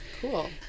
Cool